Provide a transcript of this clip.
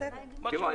אה, בסדר.